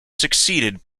succeeded